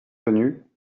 venus